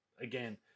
again